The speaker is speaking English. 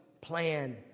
plan